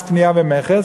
מס קנייה ומכס,